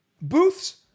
booths